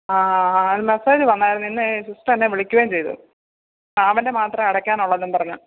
ആ മെസ്സേജ് വന്നാരുന്നു ഇന്നേ സിസ്റ്ററെന്നെ വിളിക്കുകയും ചെയ്തു ശ്യാമിൻ്റെ മാത്രേ അടയ്ക്കാനുള്ളെന്നുമ്പറഞ്ഞ്